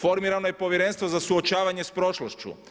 Formirano je i Povjerenstvo za suočavanje sa prošlošću.